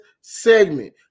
segment